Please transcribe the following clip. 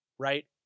right